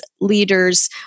leader's